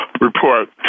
report